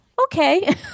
okay